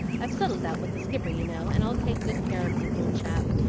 i've settled that with the skipper, you know, and i'll take good care of the little chap.